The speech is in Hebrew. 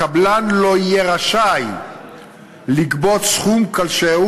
הקבלן לא יהיה רשאי לגבות סכום כלשהו